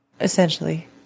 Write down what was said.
essentially